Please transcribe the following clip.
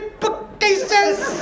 bookcases